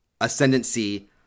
ascendancy